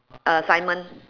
uh simon